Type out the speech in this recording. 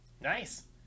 Nice